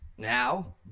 Now